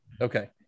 Okay